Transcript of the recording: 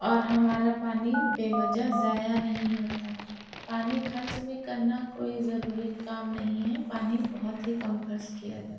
اور ہمارا پانی بے وجہ ضائع نہیں ہوتا پانی خرچ بھی کرنا کوئی ضروری کام نہیں ہے پانی بہت ہی کم خرچ کیا جاتا ہے